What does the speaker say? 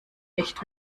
echt